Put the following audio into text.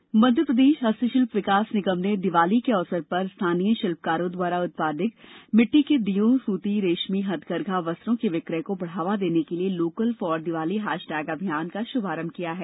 local फार दीवाली मध्यप्रदेश हस्तशिल्प विकास निगम द्वारा दीपावली के अवसर पर स्थानीय शिल्पकारों द्वारा उत्पादित मिट्टी के दियों सुती रेशमी हाथकरघा वस्त्रों के विक्रय को बढ़ावा देने के लिए लोकल फार दीवाली हैश टैग अभियान का शुभारंभ किया है